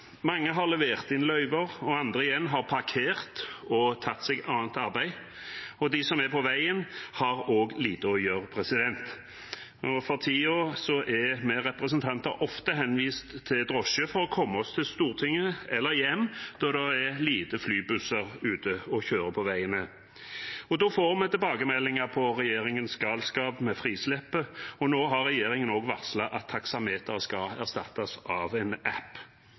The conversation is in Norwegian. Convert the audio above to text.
Mange har levert inn løyver, og andre igjen har parkert og tatt seg annet arbeid. De som er på veien, har også lite å gjøre. Nå for tiden er vi representanter ofte henvist til drosje for å komme oss til Stortinget eller hjem, da det er lite flybusser ute og kjører på veiene. Da får vi tilbakemeldinger om regjeringens galskap med frislippet, og nå har regjeringen også varslet at taksameteret skal erstattes av en app.